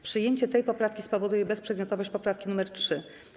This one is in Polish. Przyjęcie tej poprawki spowoduje bezprzedmiotowość poprawki nr 3.